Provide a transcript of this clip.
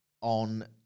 on